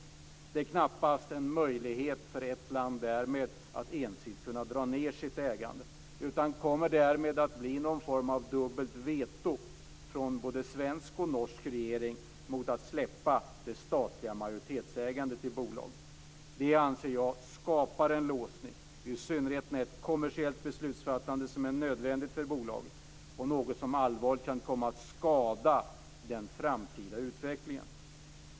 Det finns därmed knappast någon möjlighet för ett land att ensidigt kunna dra ned sitt ägande. Det kommer att bli någon form av dubbelt veto från både svenska och norska regeringen mot att släppa det statliga majoritetsägandet i bolaget. Det skapar, anser jag, en låsning, i synnerhet när det är ett kommersiellt beslutsfattande som är nödvändigt för bolaget. Det här är något som allvarligt kan komma att skada den framtida utvecklingen.